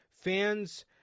fans